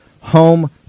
Home